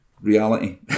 reality